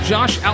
Josh